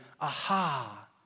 Aha